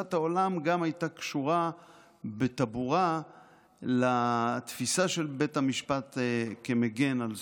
תפיסת העולם גם הייתה קשורה בטבורה לתפיסה של בית המשפט כמגן על זכויות,